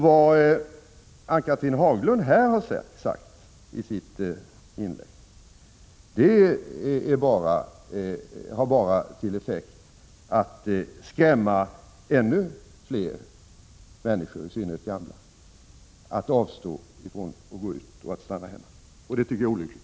Vad Ann-Cathrine Haglund har sagt i sitt inlägg har bara till effekt att skrämma ännu fler människor, i synnerhet gamla, så att de avstår från att gå ut och i stället stannar hemma. Det tycker jag är olyckligt.